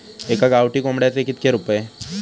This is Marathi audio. एका गावठी कोंबड्याचे कितके रुपये?